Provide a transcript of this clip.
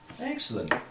excellent